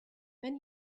when